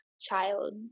child